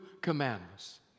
commandments